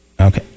Okay